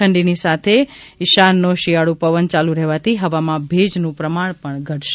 ઠંડીની સાથે ઇશાનનો શિયાળુ પવન ચાલુ રહેવાથી હવામાં ભેજનું પ્રમાણ ઘટશે